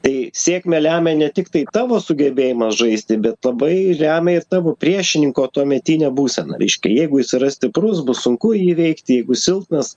tai sėkmę lemia ne tiktai tavo sugebėjimas žaisti bet labai lemia ir tavo priešininko tuometinė būsena reiškia jeigu jis yra stiprus bus sunku jį įveikti jeigu jis silpnas